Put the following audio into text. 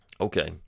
Okay